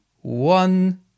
one